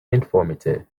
informative